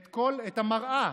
שמת אותם על המראה